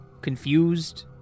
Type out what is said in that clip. confused